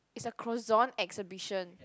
it's a croissant exhibition